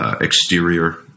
exterior